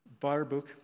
Barbuk